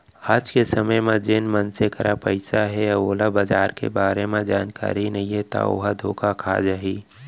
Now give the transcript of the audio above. आज के समे म जेन मनसे करा पइसा हे अउ ओला बजार के बारे म जानकारी नइ ता ओहा धोखा खा जाही